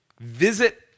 visit